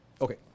Okay